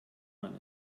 man